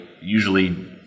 usually